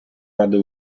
ради